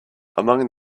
among